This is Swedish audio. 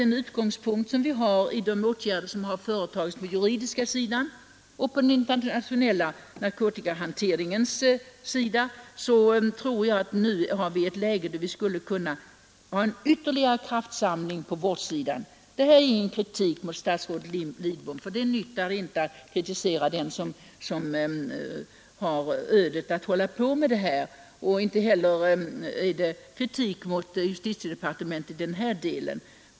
Med utgångspunkt från de åtgärder som vidtagits på den juridiska sidan och när det gäller den internationella narkotikahanteringen tror jag att vi nu skulle kunna göra en ytterligare kraftsamling på vårdsidan. Detta är ingen kritik mot statsrådet Lidbom, för det nyttar inte att kritisera dem som har ödet att hålla på med detta problem. Inte heller är det en kritik mot justitiedepartementet i den här delen.